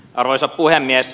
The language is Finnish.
arvoisa puhemies